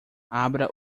abra